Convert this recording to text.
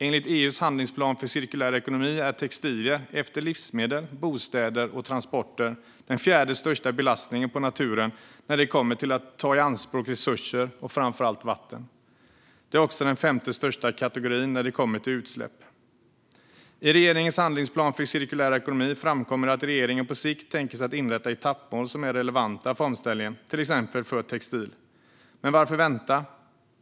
Enligt EU:s handlingsplan för cirkulär ekonomi är textilier efter livsmedel, bostäder och transporter den fjärde största belastningen på naturen när det kommer till att ta i anspråk resurser, framför allt vatten. Det är också den femte största kategorin när det kommer till utsläpp. I regeringens handlingsplan för cirkulär ekonomi framkommer att regeringen på sikt tänker sig att inrätta etappmål som är relevanta för omställningen, till exempel för textil. Men varför vänta?